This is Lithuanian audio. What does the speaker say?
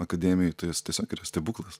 akademijoj tai jos tiesiog yra stebuklas